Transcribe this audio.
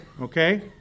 okay